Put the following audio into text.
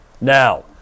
Now